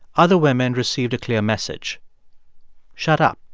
other women received a clear message shut up,